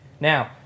Now